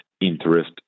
interest